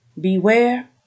beware